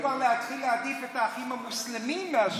אמרו לי: אנחנו מתחילים כבר להעדיף את האחים המוסלמים על האחים הציונים.